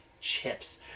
chips